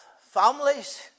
families